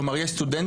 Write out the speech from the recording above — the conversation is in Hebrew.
כלומר יש סטודנטים,